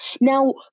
Now